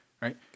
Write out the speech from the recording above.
right